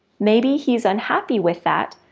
maybe he's unhappy with that,